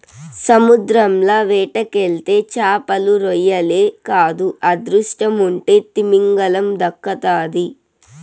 సముద్రంల వేటకెళ్తే చేపలు, రొయ్యలే కాదు అదృష్టముంటే తిమింగలం దక్కతాది